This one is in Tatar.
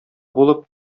булып